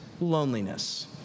loneliness